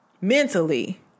mentally